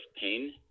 Pain